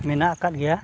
ᱢᱮᱱᱟᱜ ᱟᱠᱟᱫ ᱜᱮᱭᱟ